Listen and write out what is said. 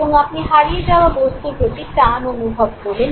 এবং আপনি হারিয়ে যাওয়া বস্তুর প্রতি টান অনুভব করলেন